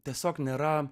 tiesiog nėra